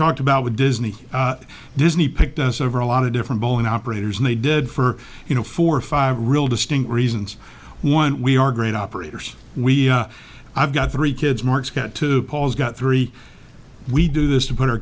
talked about with disney disney picked us over a lot of different polling operators and they did for you know four or five real distinct reasons one we are great operators we i've got three kids to paul's got three we do this to put